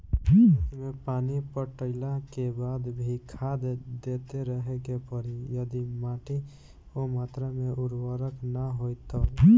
खेत मे पानी पटैला के बाद भी खाद देते रहे के पड़ी यदि माटी ओ मात्रा मे उर्वरक ना होई तब?